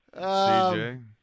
CJ